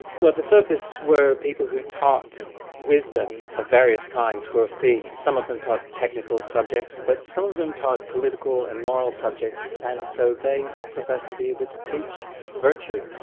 well the sophists were people who taught wisdom of various kinds for a fee. some of them taught technical subjects but some of them taught political and moral subjects and so they professed to be able to teach virtue,